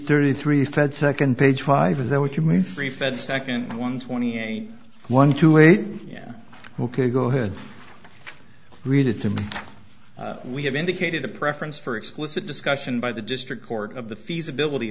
thirty three fed second page five is that what you mean three fed second one twenty one to eight yeah ok go ahead read it to me we have indicated a preference for explicit discussion by the district court of the feasibility